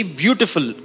beautiful